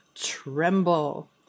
tremble